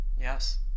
yes